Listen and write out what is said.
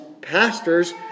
pastors